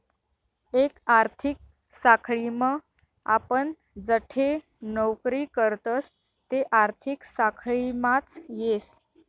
एक आर्थिक साखळीम आपण जठे नौकरी करतस ते आर्थिक साखळीमाच येस